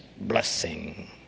blessing